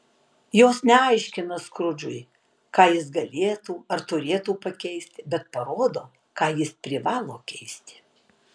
jos neaiškina skrudžui ką jis galėtų ar turėtų pakeisti bet parodo ką jis privalo keisti